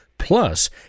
Plus